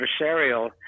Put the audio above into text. adversarial